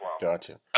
gotcha